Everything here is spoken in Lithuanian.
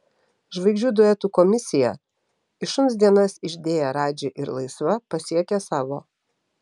žvaigždžių duetų komisiją į šuns dienas išdėję radži ir laisva pasiekė savo